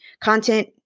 content